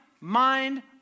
mind